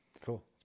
Cool